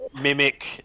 mimic